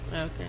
Okay